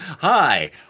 hi